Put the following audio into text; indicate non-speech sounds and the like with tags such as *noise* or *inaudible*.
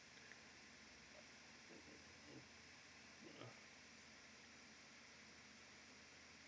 *coughs*